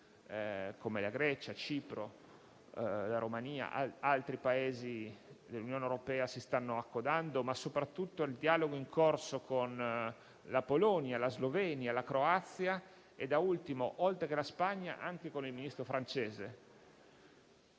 come la Grecia, Cipro e la Romania, altri Paesi dell'Unione europea si stanno accodando; soprattutto il dialogo è in corso con la Polonia, la Slovenia, la Croazia, la Spagna e, da ultimo, anche con il Ministro francese.